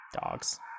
Dogs